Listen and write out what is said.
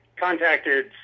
Contacted